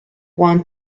want